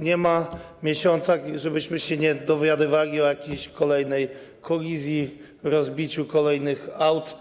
Nie ma miesiąca, żebyśmy się nie dowiadywali o jakiejś kolejnej kolizji, rozbiciu kolejnych aut,